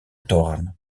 thorne